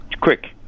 quick